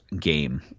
game